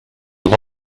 have